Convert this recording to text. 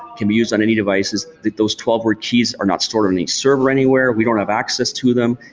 can be used on any devices. those twelve word keys are not stored um in a server anywhere. we don't have access to them.